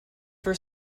for